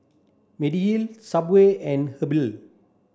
Mediheal Subway and Habhal